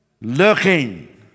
Looking